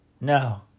No